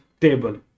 table